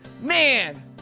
Man